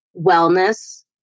wellness